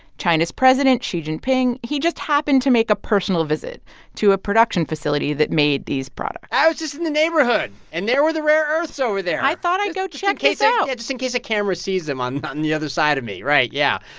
china's president, xi jinping, he just happened to make a personal visit to a production facility that made these products i was just in the neighborhood, and there were the rare earths over there i thought i'd go check this out yeah, just in case a camera sees him on and the other side of me, right, yeah.